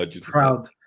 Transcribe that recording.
Proud